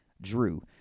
Drew